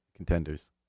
Contenders